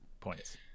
Points